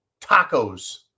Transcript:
tacos